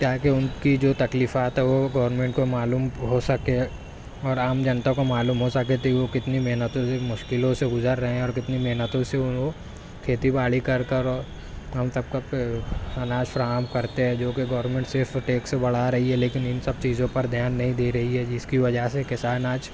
تاکہ ان کی جو تکلیفات ہے وہ گورنمنٹ کو معلوم ہو سکے اور عام جنتا کو معلوم ہو سکے تے وہ کتنی محنتوں سے مشکلوں سے گزر رہے ہیں اور کتنی محنتوں سے وہ کھیتی باڑی کر کر ہم سب کو اناج فراہم کرتے ہیں جوکہ گورنمنٹ صرف ٹیکس بڑھا رہی ہے لیکن ان سب چیزوں پر دھیان نہیں دے رہی ہے جس کی وجہ سے کسان آج